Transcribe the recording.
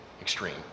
extreme